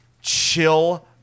chill